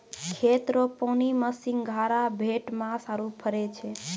खेत रो पानी मे सिंघारा, भेटमास आरु फरै छै